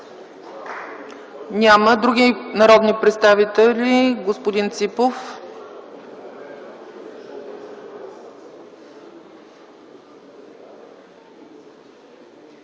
Няма. Други народни представители? Господин Ципов.